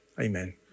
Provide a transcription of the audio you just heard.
Amen